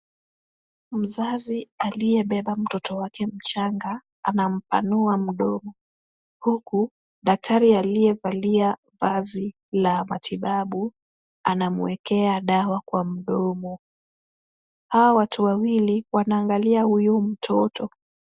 Mzazi aliyebeba mtoto wake mchanga anampanua mdomo, huku daktari aliyevalia vazi la matibabu anamwekea dawa kwa mdomo. Hawa watu wawili wanaangalia huyu mtoto.